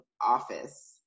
office